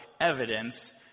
evidence